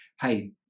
hey